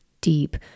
deep